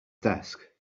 desk